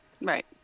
Right